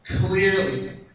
clearly